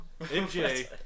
MJ